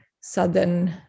southern